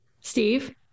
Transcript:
Steve